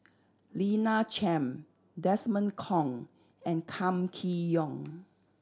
Lina Chiam Desmond Kon and Kam Kee Yong